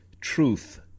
truth